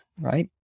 right